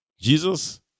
Jesus